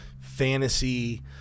fantasy